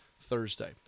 Thursday